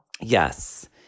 Yes